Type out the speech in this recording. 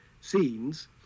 scenes